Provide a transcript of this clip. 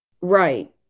Right